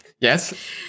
Yes